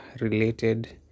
related